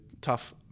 tough